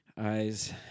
eyes